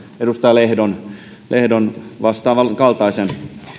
edustaja rami lehdon vastaavankaltaisen